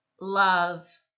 love